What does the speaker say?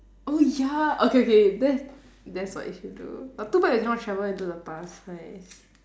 oh ya okay okay that is that is what you should do but too bad we cannot travel into the past !hais!